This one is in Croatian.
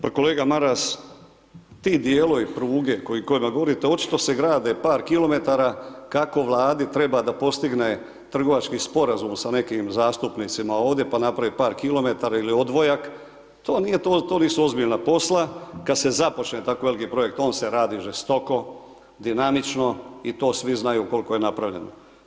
Pa kolega Maras, ti dijelovi pruge o kojima govorite, očito se grade par kilometara kako Vladi treba da postigne trgovački sporazum sa nekim zastupnicima ovdje, pa naprave par kilometara ili odvojak, to nije, to nisu ozbiljna posla, kad se započne tako veliki projekt, on se radi žestoko, dinamično i to svi znaju koliko je napravljeno.